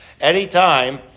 Anytime